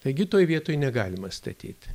taigi toj vietoj negalima statyt